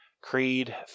Creed